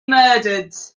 murdered